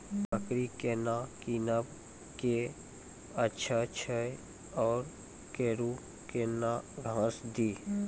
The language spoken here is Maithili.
बकरी केना कीनब केअचछ छ औरू के न घास दी?